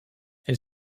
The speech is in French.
elle